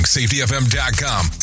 safetyfm.com